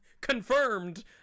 confirmed